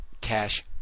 Cash